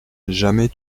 jamais